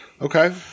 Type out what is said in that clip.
Okay